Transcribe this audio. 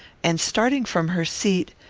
and, starting from her seat,